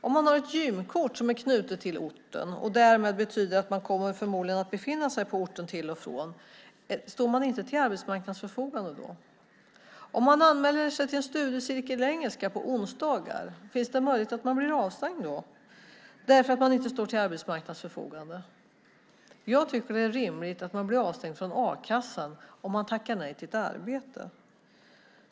Om man har ett gymkort som är knutet till orten, vilket därmed betyder att man förmodligen kommer att befinna sig på orten till och från - står man inte till arbetsmarknadens förfogande då? Om man anmäler sig till en studiecirkel i engelska på onsdagar - finns det möjlighet att man blir avstängd då därför att man inte står till arbetsmarknadens förfogande? Jag tycker att det är rimligt att man blir avstängd från a-kassan om man tackar nej till ett arbete.